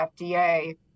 FDA